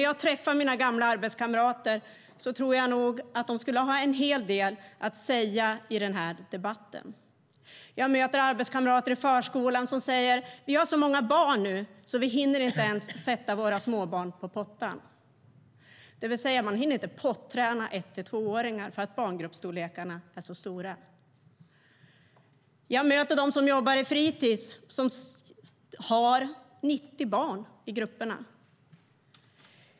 Jag träffar mina gamla arbetskamrater. Jag tror att de skulle ha en hel del att säga i den här debatten. Jag möter arbetskamrater i förskolan som säger: Vi har så många barn nu att vi inte ens hinner sätta våra småbarn på pottan. Man hinner alltså inte potträna ett till tvååringar för att barngrupperna är så stora. Jag möter dem som jobbar på fritis som har 90 barn i grupperna.